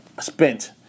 spent